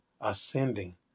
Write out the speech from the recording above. ascending